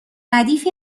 ردیفی